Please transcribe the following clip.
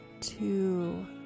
two